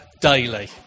daily